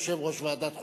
יושב-ראש ועדת חוקה,